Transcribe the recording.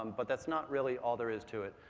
but that's not really all there is to it.